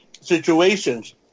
situations